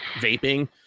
vaping